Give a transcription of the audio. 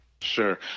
Sure